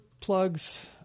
plugs